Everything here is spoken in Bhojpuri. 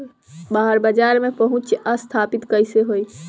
बाहर बाजार में पहुंच स्थापित कैसे होई?